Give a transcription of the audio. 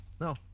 No